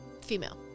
Female